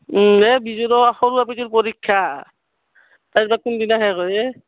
এই বিজুৰো সৰু আপিটোৰ পৰীক্ষা তাইৰ বা কোনদিনা শেষ হয় এ